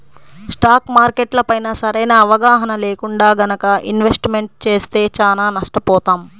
stock మార్కెట్లపైన సరైన అవగాహన లేకుండా గనక ఇన్వెస్ట్మెంట్ చేస్తే చానా నష్టపోతాం